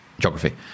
Geography